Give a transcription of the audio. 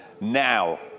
now